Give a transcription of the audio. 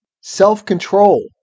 self-control